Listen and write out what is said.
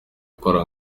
gukora